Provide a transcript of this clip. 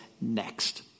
next